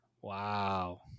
Wow